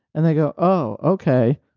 and they go, oh, okay,